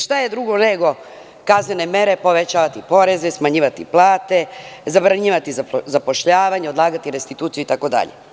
Šta su drugo, nego kaznene mere, povećavati poreze, smanjivati plate, zabranjivati zapošljavanje, odlagati restituciju itd.